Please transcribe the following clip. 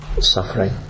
suffering